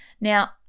Now